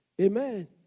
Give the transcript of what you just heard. Amen